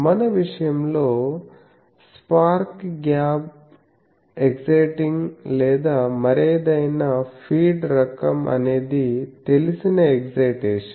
మన విషయంలో spark gap exciting లేదా మరేదైనా ఫీడ్ రకం అనేది తెలిసిన ఎక్సయిటేషన్